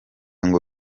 ngo